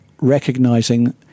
recognizing